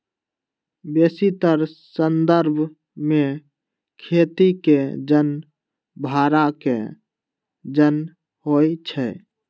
बेशीतर संदर्भ में खेती के जन भड़ा के जन होइ छइ